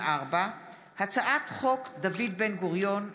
פ/2286/24 וכלה בהצעת חוק פ/2337/24: הצעת חוק דוד בן-גוריון (תיקון,